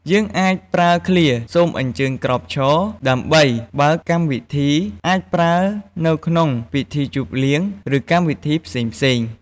យើងអាចប្រើឃ្លា «សូមអញ្ជើញក្រោកឈរ» ដើម្បីបើកកម្មវិធី អាចប្រើនៅក្នុងពិធីជប់លៀង ឬកម្មវិធីផ្សេងៗ។